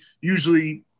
usually